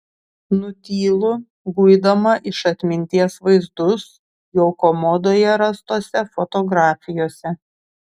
nutylu guidama iš atminties vaizdus jo komodoje rastose fotografijose